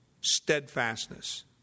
steadfastness